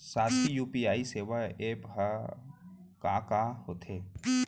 शासकीय यू.पी.आई सेवा एप का का होथे?